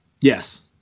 Yes